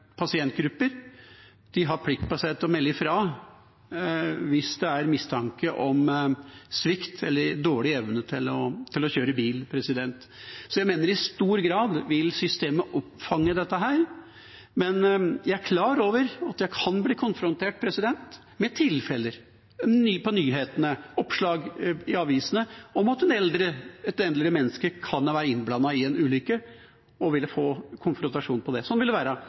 pasientgrupper, har plikt til å melde fra hvis det er mistanke om svikt i evnen til å kjøre bil, eller dårlig evne. Så jeg mener at i stor grad vil systemet fange opp dette. Jeg er klar over at jeg kan bli konfrontert med tilfeller – på nyhetene og gjennom oppslag i avisene – der et eldre menneske kan ha vært innblandet i en ulykke, og at det vil bli en konfrontasjon da. Sånn vil det også være